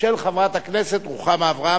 של חברת הכנסת רוחמה אברהם,